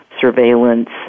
surveillance